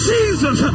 Jesus